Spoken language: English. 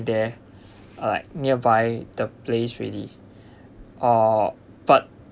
there are like nearby the place ready uh but